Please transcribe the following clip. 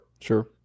Sure